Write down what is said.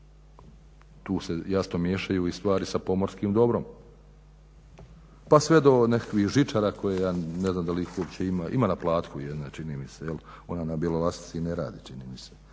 Tu se jasno miješaju stvari i sa pomorskim dobrom pa sve do nekakvih žičara koje ja ne znam dal' ih uopće ima. Ima na Platku jedna čini mi, ona na Bjelolasici ne radi čini mi se